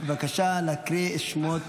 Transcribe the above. בבקשה להקריא את שמות